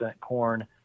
corn